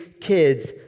kids